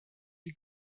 she